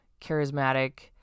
charismatic